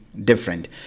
different